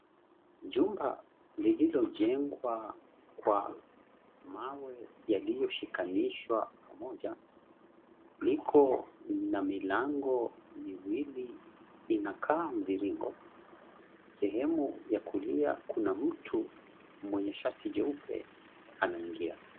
Jumba lililojengwa kwa mawe yaliyoshikanishwa pamoja, liko na milango miwili inakaa mviringo. Sehemu ya kulia kuna mtu mwenye shati jeupe anaingia.